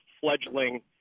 fledgling